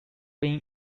bin